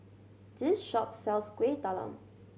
this shop sells Kueh Talam